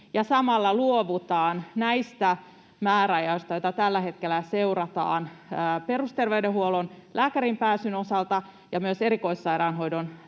samalla luovutaan näistä määräajoista, joita tällä hetkellä seurataan perusterveydenhuollon lääkäriin pääsyn osalta ja myös erikoissairaanhoidon